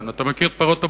אתה מכיר את פרות הבשן?